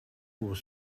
was